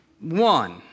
One